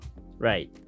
Right